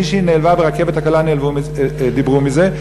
מישהי נעלבה ברכבת הקלה, דיברו על זה.